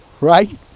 right